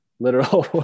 literal